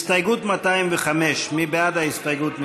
הסתייגות 205. מי בעד ההסתייגות?